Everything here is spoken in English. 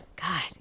God